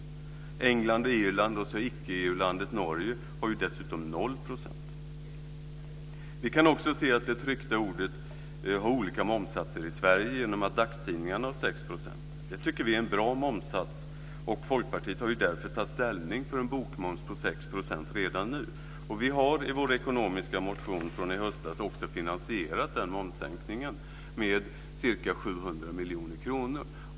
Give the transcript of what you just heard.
England och Irland samt icke EU-landet Norge har dessutom noll procent. Vi kan också se att det tryckta ordet har olika momssatser i Sverige genom att dagstidningarna har 6 %. Det tycker vi är en bra momssats. Folkpartiet har därför tagit ställning för en bokmoms på 6 % redan nu. Vi har i vår ekonomiska motion från i höstas också finansierat den momssänkningen med ca 700 miljoner kronor.